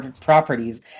Properties